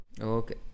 Okay